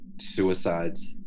suicides